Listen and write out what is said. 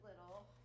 Little